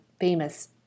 famous